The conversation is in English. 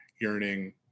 yearning